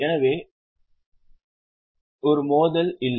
எனவே வட்டி மோதல் இல்லை